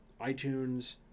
iTunes